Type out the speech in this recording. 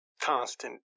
constant